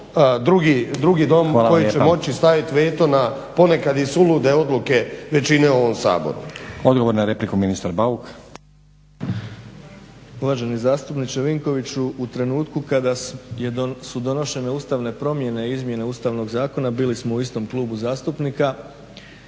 drugi dom koji će moći staviti veto na ponekad i sulude odluke većine u ovom Saboru. **Stazić, Nenad (SDP)** Hvala. Odgovor na repliku ministar Bauk. **Bauk, Arsen (SDP)** Uvaženi zastupniče Vinkoviću u trenutku kad su donošene ustavne promjene i izmjene Ustavnog zakona bili smo u istom klubu zastupnika.